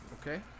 Okay